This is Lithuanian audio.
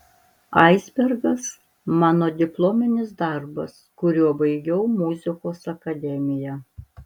aisbergas mano diplominis darbas kuriuo baigiau muzikos akademiją